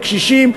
לקשישים,